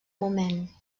moment